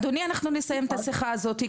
אדוני אנחנו נסיים את השיחה הזאתי,